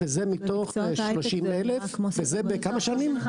וזה מתוך 30,000. וזה בכמה שנים?